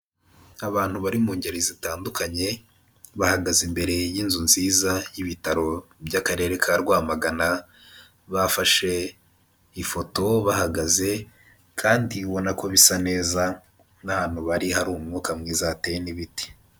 Abantu bari mu ngeri zitandukanye, bahagaze imbere y'inzu nziza y'ibitaro by'akarere ka Rwamagana, bafashe ifoto bahagaze kandi ubonako bisa neza n'ahantu bari hari umwuka mwiza hateye n'ibiti.